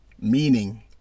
Meaning